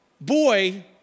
boy